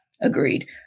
agreed